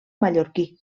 mallorquí